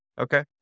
Okay